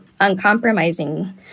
uncompromising